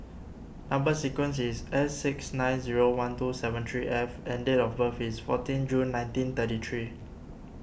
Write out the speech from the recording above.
Number Sequence is S six nine zero one two seven three F and date of birth is fourteen June nineteen thirty three